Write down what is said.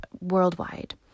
worldwide